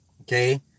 okay